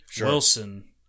Wilson